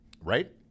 Right